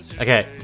Okay